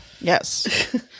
Yes